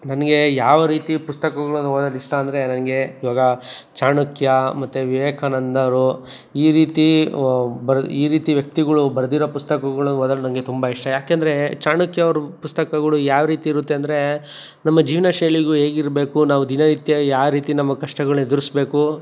ನನಗೆ ಯಾವ ರೀತಿ ಪುಸ್ತಕಗಳನ್ ಓದೋದಿಷ್ಟ ಅಂದರೆ ನಂಗೆ ಇವಾಗ ಚಾಣಕ್ಯ ಮತ್ತು ವಿವೇಕಾನಂದರು ಈ ರೀತಿ ಬರ ಈ ರೀತಿ ವ್ಯಕ್ತಿಗಳು ಬರೆದಿರೋ ಪುಸ್ತಕಗಳು ಓದಲು ನಂಗೆ ತುಂಬ ಇಷ್ಟ ಯಾಕೆಂದರೆ ಚಾಣಕ್ಯನವ್ರು ಪುಸ್ತಕಗಳು ಯಾವ ರೀತಿ ಇರುತ್ತೆ ಅಂದರೆ ನಮ್ಮ ಜೀವನಶೈಲಿಗೂ ಹೇಗಿರಬೇಕು ನಾವು ದಿನನಿತ್ಯ ಯಾವ ರೀತಿ ನಮ್ಮ ಕಷ್ಟಗಳು ಎದುರಿಸಬೇಕು